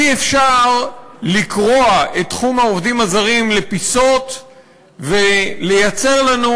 אי-אפשר לקרוע את תחום העובדים הזרים לפיסות ולייצר לנו